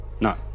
No